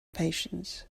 patience